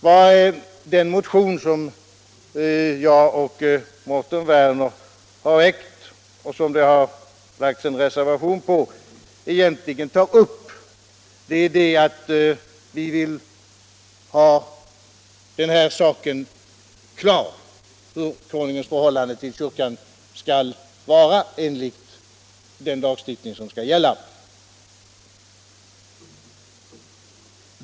Vad den motion egentligen tar upp som jag och Mårten Werner har väckt och i anslutning till vilken vi har avgivit en reservation är att vi vill ha fastställt hur konungens förhållande till kyrkan skall vara enligt den lagstiftning som skall gälla.